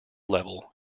level